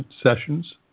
sessions